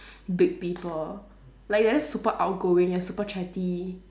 big people like they are just super outgoing and super chatty